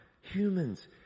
humans